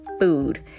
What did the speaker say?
food